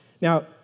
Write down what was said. now